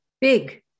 big